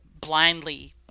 blindly